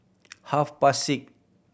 half past six